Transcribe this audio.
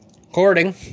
recording